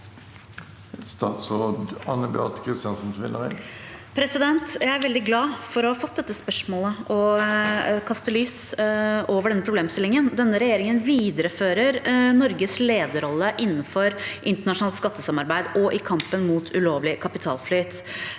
Statsråd Anne Beathe Kristiansen Tvinnereim Jeg er veldig glad for å ha fått dette spørsmå- let så jeg kan kaste lys over denne problemstillingen. Denne regjeringen viderefører Norges lederrolle innenfor internasjonalt skattesamarbeid og i kampen mot ulovlig kapitalflyt.